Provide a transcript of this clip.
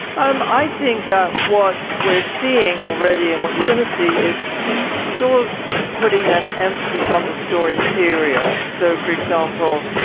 um i think that what we're seeing already and what you're going to see is stores putting an emphasis on the store interior. so, for example,